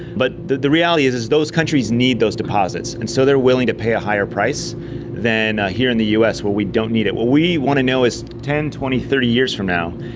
but the the reality is is those countries need those deposits, and so they are willing to pay a higher price than here in the us where we don't need it. what we want to know is ten, twenty, thirty years from now,